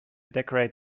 decorate